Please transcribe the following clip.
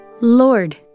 Lord